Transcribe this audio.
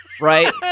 Right